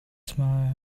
smile